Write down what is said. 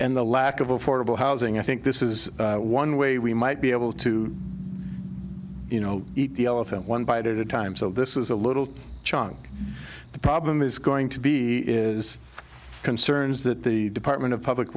and the lack of affordable housing i think this is one way we might be able to you know eat the elephant one bite at a time so this is a little chunk the problem is going to be is concerns that the department of public